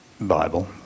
Bible